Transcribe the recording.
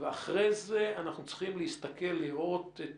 ואחרי זה אנחנו צריכים להסתכל, לראות את